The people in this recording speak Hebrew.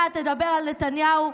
אתה תדבר על נתניהו?